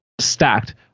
stacked